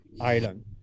island